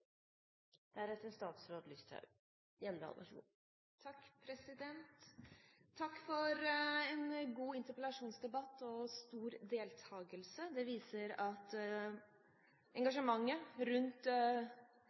Takk for en god interpellasjonsdebatt og stor deltagelse. Det viser at